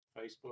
Facebook